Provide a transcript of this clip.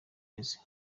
uheze